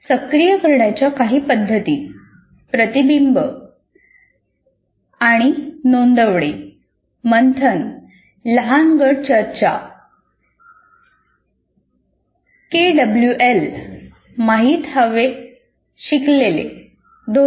सक्रिय करण्याच्या काही पद्धती प्रतिबिंब आणि नोंदवणे मंथन लहान गट चर्चा केडब्ल्यूएल धोरण